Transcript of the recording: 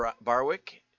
Barwick